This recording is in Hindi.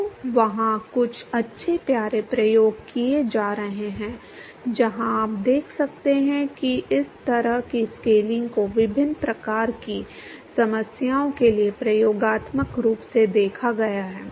तो वहाँ कुछ अच्छे प्यारे प्रयोग किए जा रहे हैं जहाँ आप देख सकते हैं कि इस तरह की स्केलिंग को विभिन्न प्रकार की समस्याओं के लिए प्रयोगात्मक रूप से देखा गया है